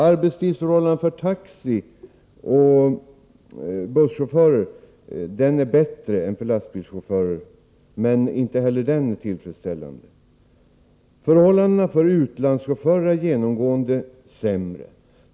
Arbetstidsförhållandena för taxioch busschaufförer är bättre än för lastbilschaufförer men inte heller de är tillfredsställande. Förhållandena för utlandschaufförer är genomgående sämre.